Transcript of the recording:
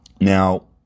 Now